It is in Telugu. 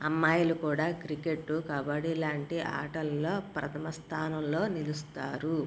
అమ్మాయిలు కూడా క్రికెట్ కబడ్డీ లాంటి ఆటల్లో ప్రథమ స్థానంలో నిలుస్తారు